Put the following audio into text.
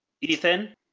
Ethan